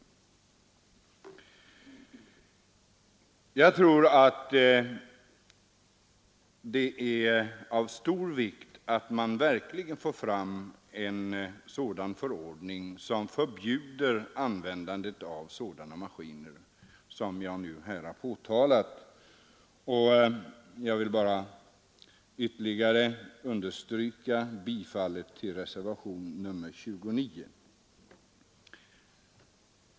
Jag tror därför att det är av stor vikt att man verkligen får fram en förordning som förbjuder användandet av sådana maskiner som jag här nu nämnt, och jag yrkar bifall till reservationen 29.